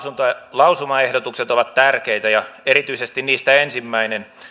lausumaehdotukset ovat tärkeitä ja erityisesti niistä ensimmäinen